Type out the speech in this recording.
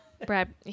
Brad